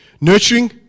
Nurturing